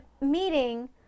meeting